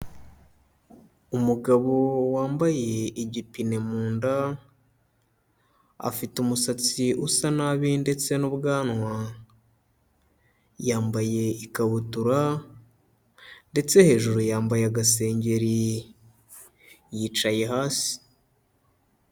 Umugabo wambaye igipine mu nda afite umusatsi usa nabi ndetse n'ubwanwa, yambaye ikabutura ndetse hejuru yambaye agasengeri yicaye hasi.